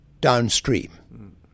downstream